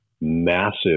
massive